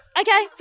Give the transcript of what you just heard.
okay